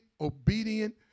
obedient